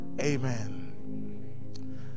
Amen